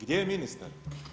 Gdje je ministar?